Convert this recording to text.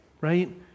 right